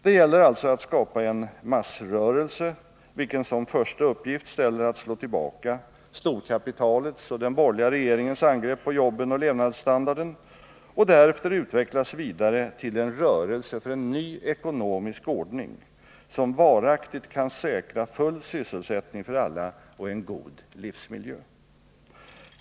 Det gäller alltså att skapa en massrörelse, vilken som första uppgift ställer att slå tillbaka storkapitalets och den borgerliga regeringens angrepp på jobben och levnadsstandarden och som därefter utvecklas vidare till en rörelse för en ny ekonomisk ordning som varaktigt kan säkra full sysselsättning för alla och en god livsmiljö.